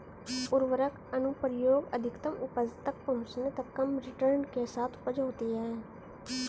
उर्वरक अनुप्रयोग अधिकतम उपज तक पहुंचने तक कम रिटर्न के साथ उपज होती है